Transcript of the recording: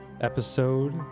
episode